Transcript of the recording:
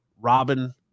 robin